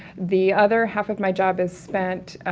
the other half of my job is spent, ah